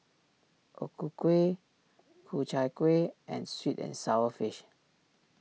O Ku Kueh Ku Chai Kueh and Sweet and Sour Fish